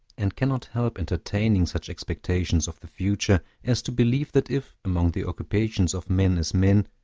and cannot help entertaining such expectations of the future as to believe that if, among the occupations of men as men,